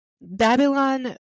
Babylon